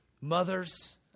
mothers